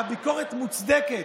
והביקורת מוצדקת.